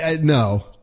No